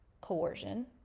coercion